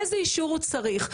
איזה אישור הוא צריך?